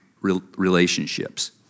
relationships